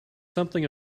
something